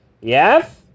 Yes